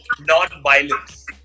non-violence